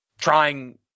trying